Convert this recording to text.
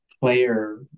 player